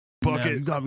bucket